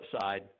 side